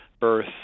birth